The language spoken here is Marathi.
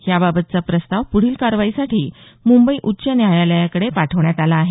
याबाबतचा प्रस्ताव पुढील कारवाईसाठी मुंबई उच्च न्यायालयाकडे पाठवण्यात आला आहे